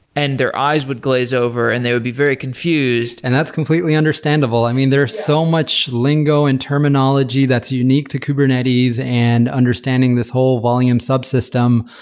and their eyes would glaze over and they would be very confused. that's completely understandable. i mean, there's so much lingo and terminology that's unique to kubernetes and understanding this whole volume subsystem.